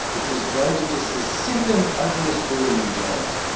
it was voted as the second ugliest building in johannesburg.